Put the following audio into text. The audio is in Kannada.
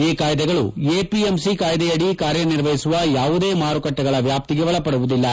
ಈ ಕಾಯ್ದೆಗಳು ಎಪಿಎಂಸಿ ಕಾಯ್ದೆಯಡಿ ಕಾರ್ಯನಿರ್ವಹಿಸುವ ಯಾವುದೇ ಮಾರುಕಟ್ಟೆಗಳ ವ್ಯಾಪ್ತಿಗೆ ಒಳಪಡುವುದಿಲ್ಲ